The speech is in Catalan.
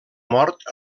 mort